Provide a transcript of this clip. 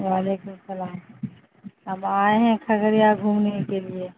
وعلیکم السلام اب آئے ہیں کھگڑیا گھومنے کے لیے